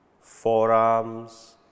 forearms